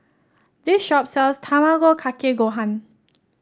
this shop sells Tamago Kake Gohan